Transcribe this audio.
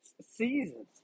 seasons